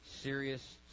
Serious